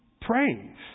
praise